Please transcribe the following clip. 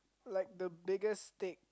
like the biggest steak